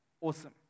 Awesome